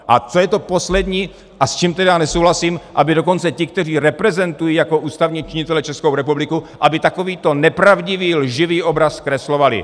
A co je to poslední a s čím tedy já nesouhlasím, aby dokonce ti, kteří reprezentují jako ústavní činitelé Českou republiku, aby takovýto nepravdivý, lživý, obraz zkreslovali.